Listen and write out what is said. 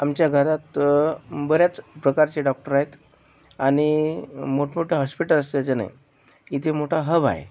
आमच्या घरात बऱ्याच प्रकारचे डॉक्टर आहेत आणि मोठमोठ्या हॉस्पिटल असल्याचे नाही इथे मोठं हब आहे